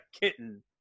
kitten